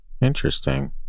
Interesting